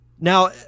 Now